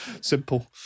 Simple